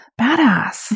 badass